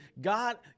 God